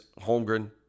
Holmgren